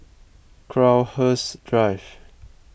Crowhurst Drive